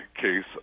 case